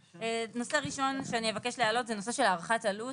נושא ראשון שאני אבקש להעלות זה נושא של הערכת העלות.